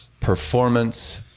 performance